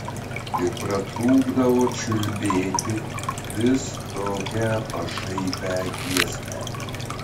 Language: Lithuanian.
ir pratrūkdavo čiulbėti vis tokią pašaipią giesmę